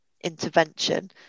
intervention